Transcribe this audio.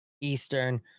Eastern